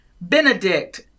benedict